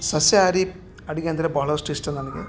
ಸಸ್ಯಹಾರಿ ಅಡಿಗೆಯಂದರೆ ಭಾಳಷ್ಟು ಇಷ್ಟ ನನಗೆ